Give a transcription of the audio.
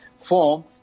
form